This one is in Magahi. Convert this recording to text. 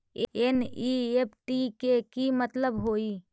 एन.ई.एफ.टी के कि मतलब होइ?